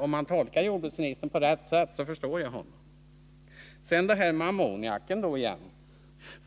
Om man tolkar jordbruksministerns uttalande om att SAKAB är en miljövinst kan man emellertid förstå honom. När det gäller detta med ammoniak